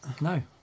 No